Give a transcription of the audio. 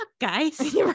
guys